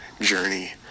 journey